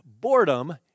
boredom